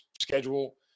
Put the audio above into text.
schedule